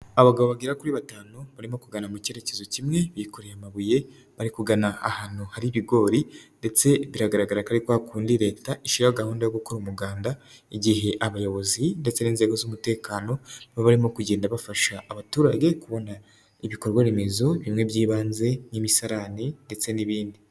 Abagabo bagera kuri batanu, barimo kugana mu kerekezo kimwe. Bikoreye amabuye, bari kugana ahantu hari ibigori ndetse biragaragara ko ari kwa kundi Leta ishyiraho gahunda yo gukora umuganda. Igihe abayobozi ndetse n'inzego z'umutekano, bo barimo kugenda bafasha abaturage kubona ibikorwaremezo, bimwe by'ibanze nk'imisarane ndetse n'ibindi.